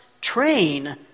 train